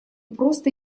просто